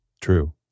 True